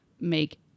make